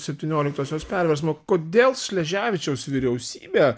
septynioliktosios perversmo kodėl šleževičiaus vyriausybė